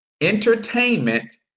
entertainment